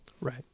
Right